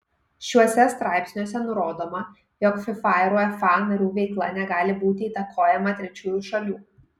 šiuose straipsniuose nurodoma jog fifa ir uefa narių veikla negali būti įtakojama trečiųjų šalių